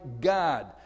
God